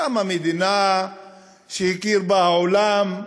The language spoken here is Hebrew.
קמה מדינה שהכיר בה העולם,